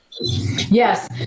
Yes